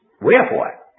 Wherefore